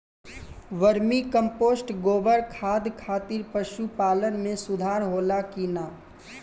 Vermi compost गोबर खाद खातिर पशु पालन में सुधार होला कि न?